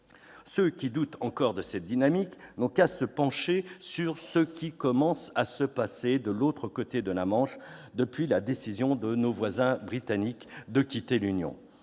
Ceux qui doutent encore de cette dynamique n'ont qu'à se pencher sur ce qui commence à se passer de l'autre côté de la Manche depuis la décision de nos voisins britanniques de quitter l'Union.